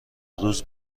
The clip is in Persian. روز